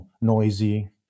noisy